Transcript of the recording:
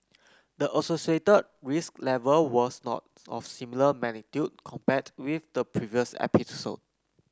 the associated risk level was not of similar magnitude compared with the previous episode